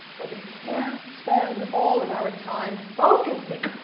but we can't spend all of our time focusing